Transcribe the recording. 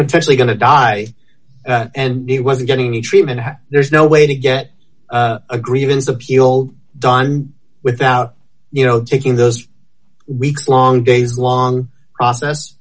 ctually going to die and he wasn't getting a treatment there's no way to get a grievance appeal done without you know taking those weeks long days long process